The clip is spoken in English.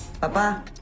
Papa